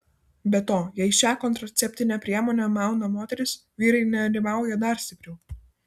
be to jei šią kontraceptinę priemonę mauna moteris vyrai nerimauja dar stipriau